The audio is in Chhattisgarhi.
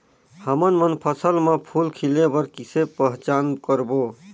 हमन मन फसल म फूल खिले बर किसे पहचान करबो?